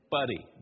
Buddy